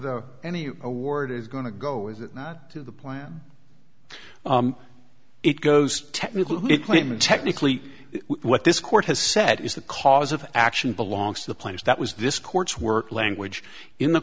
where the any award is going to go is it not to the plan it goes technically what this court has said is the cause of action belongs to the players that was this court's work language in the